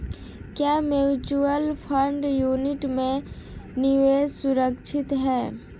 क्या mutual fund unit में निवेश सुरक्षित है?